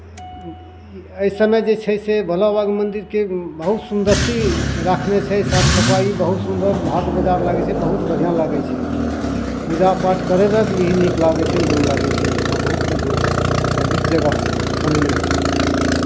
एहि सभमे जे छै भोला बाबाके मन्दिरके बहुत सुन्दरती राखने छै साफ सफाइ बहुत सुन्दर हाट बाजार लागै छै बहुत बढ़िआँ लागै छै पूजापाठ करय लेल भी नीक लागै छै मोन लागै छै ओहिठिना बहुत बढ़िआँ छै पवित्र जगह छै बनयने छै